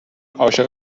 عاشق